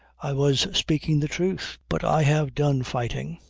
i was speaking the truth. but i have done fighting,